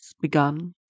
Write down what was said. begun